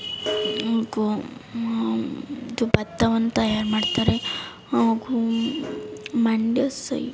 ಗೋ ಇದು ಭತ್ತವನ್ನ ತಯಾರು ಮಾಡ್ತಾರೆ ಹಾಗೂ ಮಂಡ್ಯ ಸೈಡ್